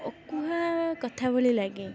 ଅକୁହା କଥା ଭଳି ଲାଗେ